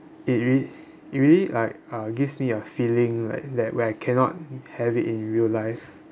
it rea~ it really like uh gives me a feeling like that where I cannot have it in real life